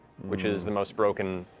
which is the most broken